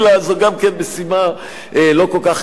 זו גם כן משימה לא כל כך קלה.